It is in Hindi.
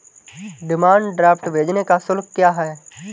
डिमांड ड्राफ्ट भेजने का शुल्क क्या है?